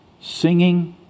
singing